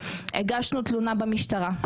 הגשנו תלונה במשטרה.